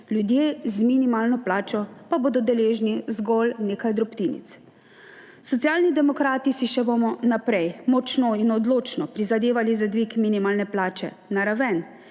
ljudje z minimalno plačo pa bodo deležni zgolj nekaj drobtinic. Socialni demokrati si bomo še naprej močno in odločno prizadevali za dvig minimalne plače na raven,